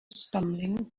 stumbling